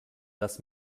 lass